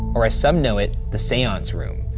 or as some know it, the seance room.